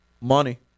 money